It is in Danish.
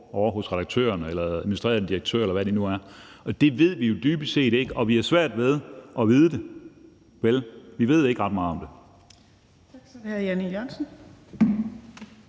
ovre hos redaktørerne, administrerende direktører, eller hvad de nu er, men det ved vi jo dybest set ikke, og vi har svært ved at vide det, ikke? Vi ved ikke ret meget om det.